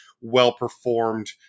well-performed